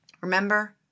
remember